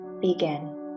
begin